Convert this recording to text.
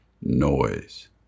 noise